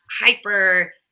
hyper